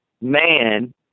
man